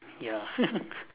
ya